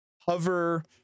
hover